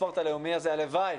הספורט הלאומי הזה, הלוואי